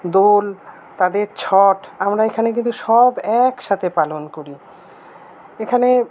দোল তাদের ছট আমরা এখানে কিন্তু সব একসাথে পালন করি এখানে